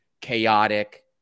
chaotic